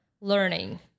learning